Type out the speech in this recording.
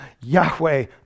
Yahweh